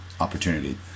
opportunity